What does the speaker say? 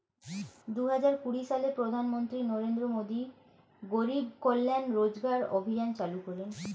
দুহাজার কুড়ি সালে প্রধানমন্ত্রী নরেন্দ্র মোদী গরিব কল্যাণ রোজগার অভিযান চালু করেন